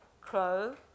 Crow